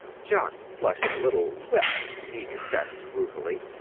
jock flushed a little. well, he confessed ruefully,